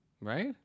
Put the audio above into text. Right